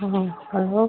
हाँ हलो